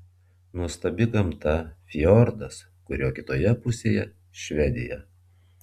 nuostabi gamta fjordas kurio kitoje pusėje švedija